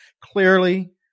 Clearly